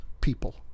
People